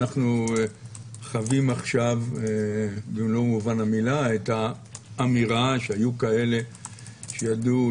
אנחנו חווים עכשיו במלוא מובן המילה את האמירה שהיו כאלה שידעו,